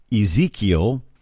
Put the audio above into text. Ezekiel